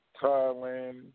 Thailand